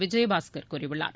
Vijayabaskar கூறியுள்ாளர்